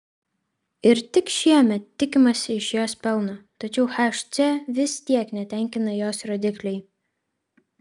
ir tik šiemet tikimasi iš jos pelno tačiau hc vis tiek netenkina jos rodikliai